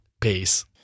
Peace